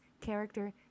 character